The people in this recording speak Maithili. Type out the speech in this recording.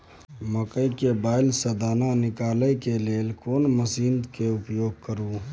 मकई के बाईल स दाना निकालय के लेल केना मसीन के उपयोग करू?